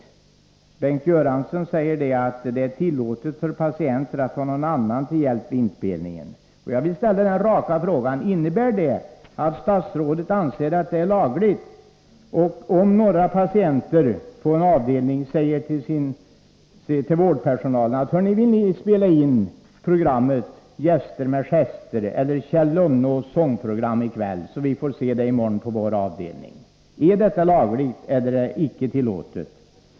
Bengt Göransson säger att det är tillåtet för patienter att ta någon annan till hjälp för inspelningen. Jag vill ställa en rak fråga till statsrådet: Om några patienter på en avdelning ber vårdpersonalen att spela in t.ex. programmet Gäster med gester eller Kjell Lönnås sångprogram en kväll, så att de får se programmet nästa dag, är detta lagligt eller är det icke tillåtligt?